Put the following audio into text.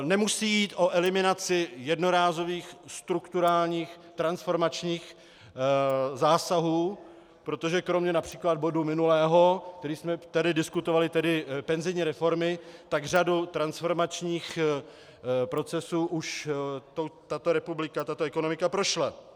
Nemusí jít o eliminaci jednorázových strukturálních transformačních zásahů, protože kromě například bodu minulého, který jsme tady diskutovali, tedy penzijní reformy, tak řadou transformačních procesů už tato republika, tato ekonomika prošla.